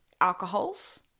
alcohols